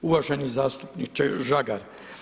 Uvaženi zastupniče Žagar.